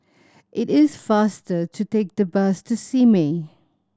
it is faster to take the bus to Simei